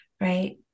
right